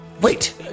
Wait